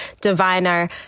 diviner